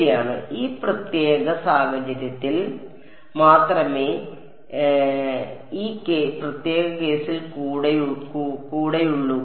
ശരിയാണ് ഈ പ്രത്യേക സാഹചര്യത്തിൽ മാത്രമേ ഈ പ്രത്യേക കേസിൽ കൂടെയുള്ളൂ